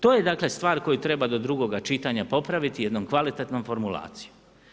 To je dakle, stvar koju treba do drugoga čitanja popraviti jednom kvalitetnom formulacijom.